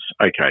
okay